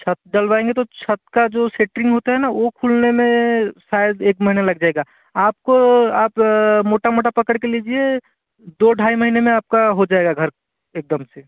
छत डलवाएंगे तो छत का जो सेटिंग होता है ना वो खुलने में शायद एक महीना लग जाएगा आपको आप मोटा मोटा पकड़ के लीजिए दो ढाई महीने में आपका हो जाएगा घर एकदम से